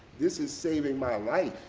this is saving my life.